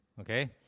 Okay